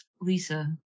Lisa